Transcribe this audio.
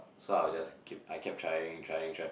so I were just keep I kept trying trying trying